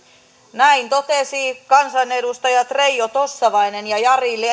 näin totesivat kansanedustajat reijo tossavainen ja jari